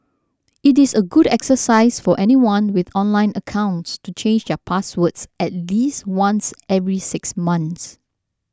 it is a good exercise for anyone with online accounts to change their passwords at least once every six months